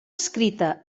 escrita